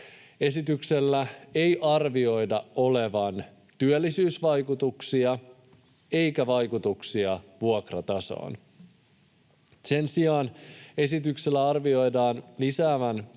Esityksellä ei arvioida olevan työllisyysvaikutuksia eikä vaikutuksia vuokratasoon. Sen sijaan esityksen arvioidaan lisäävän